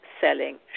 selling